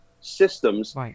systems